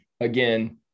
again